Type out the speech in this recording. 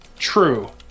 True